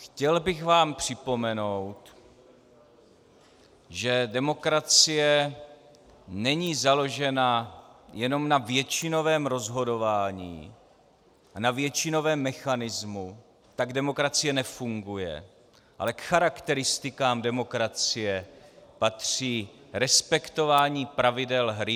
Chtěl bych vám připomenout, že demokracie není založena jenom na většinovém rozhodování a na většinovém mechanismu, tak demokracie nefunguje ale k charakteristikám demokracie patří respektování pravidel hry.